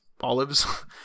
olives